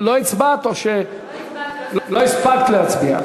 לא הצבעתי, לא הספקתי להצביע.